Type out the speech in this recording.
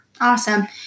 Awesome